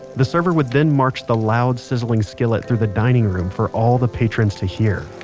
the server would then march the loud, sizzling skillet through the dining room for all the patrons to hear.